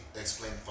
explain